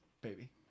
baby